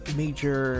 major